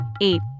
eight